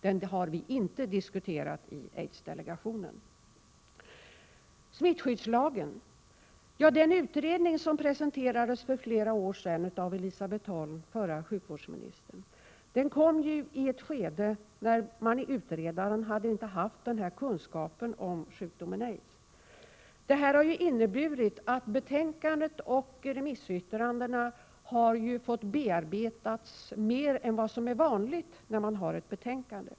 Den har vi inte diskuterat i aidsdelegationen. Den utredning angående smittskyddslagen som presenterades för flera år sedan av förra sjukvårdsministern Elisabet Holm kom i ett skede när utredaren inte hade den kunskap som nu finns om sjukdomen aids. Det har inneburit att betänkandet och remissyttrandena har fått bearbetas mer än vad som är vanligt.